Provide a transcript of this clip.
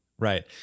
Right